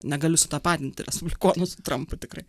negaliu sutapatinti respublikonų su trampu tikrai